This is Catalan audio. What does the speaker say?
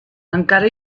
encara